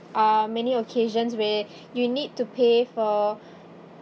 uh many occasions where you need to pay for